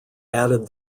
added